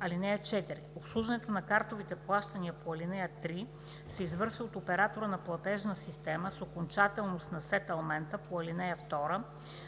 банка. (4) Обслужването на картовите плащания по ал. 3 се извършва от оператора на платежна система с окончателност на сетълмента по ал. 2